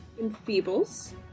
Enfeebles